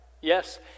Yes